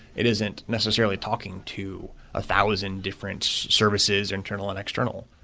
it isn't necessarily talking to a thousand different services, internal and external,